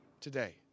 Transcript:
today